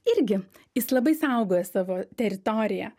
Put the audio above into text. irgi jis labai saugoja savo teritoriją